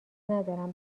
ندارم